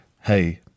hey